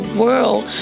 world